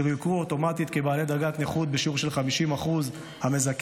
שיוכרו אוטומטית כבעלי דרגת נכות בשיעור של 50% המזכה